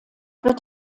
wird